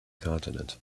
continent